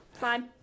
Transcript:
fine